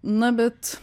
na bet